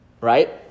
right